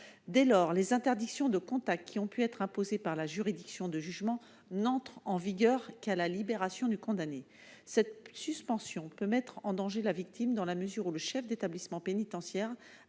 Dès lors, les interdictions de contact qui ont pu être imposées par la juridiction de jugement n'entrent en vigueur qu'à la libération du condamné. Cette suspension peut mettre en danger la victime, dans la mesure où le chef d'établissement pénitentiaire